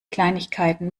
kleinigkeiten